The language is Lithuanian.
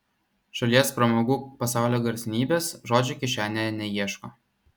šalies pramogų pasaulio garsenybės žodžio kišenėje neieško